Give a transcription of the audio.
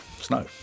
snow